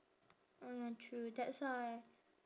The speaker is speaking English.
oh ya true that's why